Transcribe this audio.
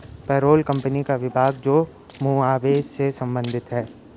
payroll company का विभाग जो मुआवजे से संबंधित है